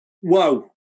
Whoa